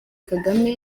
kagame